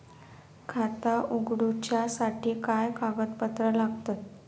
खाता उगडूच्यासाठी काय कागदपत्रा लागतत?